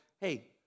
hey